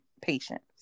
patients